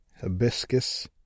Hibiscus